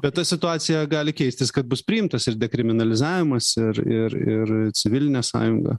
bet ta situacija gali keistis kad bus priimtas ir dekriminalizavimas ir ir ir civilinė sąjunga